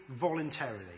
voluntarily